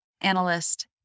analyst